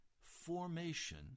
formation